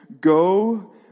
go